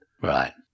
Right